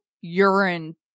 urine